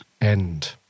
end